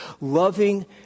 Loving